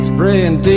Spraying